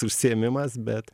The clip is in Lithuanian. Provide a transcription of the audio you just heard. užsiėmimas bet